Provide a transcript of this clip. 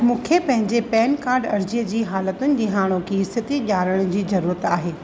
मूंखे पंहिंजे PAN card अर्जीअ जी हालतुनि जी हाणोकि स्थति ॼाणण जी जरुरत आहे